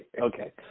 Okay